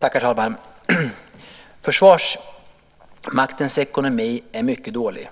Herr talman! Försvarsmaktens ekonomi är mycket dålig.